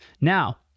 Now